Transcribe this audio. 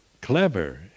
clever